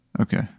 Okay